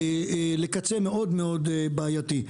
לקצה מאוד בעייתי.